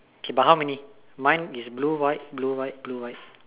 okay but how many mine is blue white blue white blue white